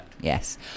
Yes